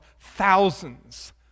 thousands